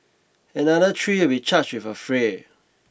another three will be charged with affray